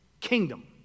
kingdom